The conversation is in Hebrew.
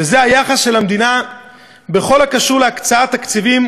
וזה היחס של המדינה בכל הקשור להקצאת תקציבים